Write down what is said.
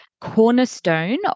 cornerstone